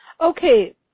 Okay